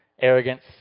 Arrogance